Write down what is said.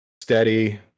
steady